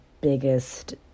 biggest